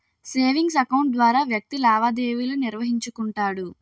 savings account ద్వారా వ్యక్తి లావాదేవీలు నిర్వహించుకుంటాడు